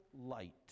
light